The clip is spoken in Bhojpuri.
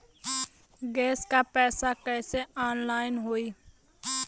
गैस क पैसा ऑनलाइन कइसे होई?